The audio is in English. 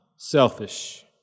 Selfish